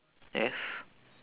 yes